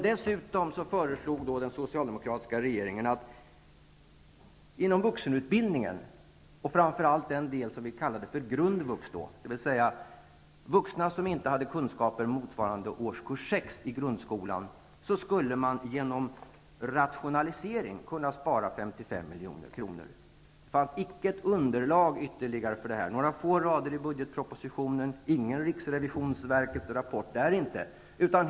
Dessutom föreslog den socialdemokratiska regeringen att man genom rationaliseringar skulle kunna spara 55 milj.kr. inom vuxenutbildningen och framför allt inom den del som då kallades för grundvux, dvs. utbildning för vuxna som inte hade kunskaper motsvarande årskurs 6 i grundskolan. Det fanns inget ytterligare underlag för det förslaget än några få rader i budgetpropositionen, och det behövdes där minsann inte någon rapport från riksrevisionsverket.